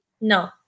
No